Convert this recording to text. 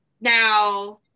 Now